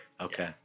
Okay